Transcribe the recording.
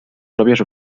pròpies